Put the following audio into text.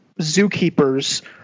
zookeepers